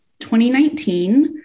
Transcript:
2019